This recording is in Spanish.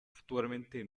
actualmente